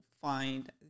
find